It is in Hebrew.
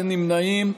אין נמנעים,